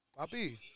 Papi